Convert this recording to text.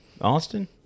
Austin